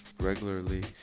regularly